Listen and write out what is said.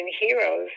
heroes